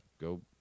go